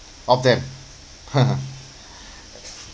of that